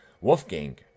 Wolfgang